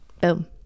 Boom